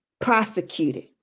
prosecuted